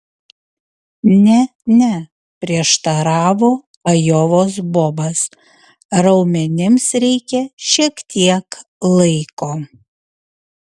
ne ne prieštaravo ajovos bobas raumenims reikia šiek tiek laiko